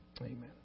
Amen